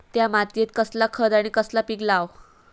त्या मात्येत कसला खत आणि कसला पीक लाव?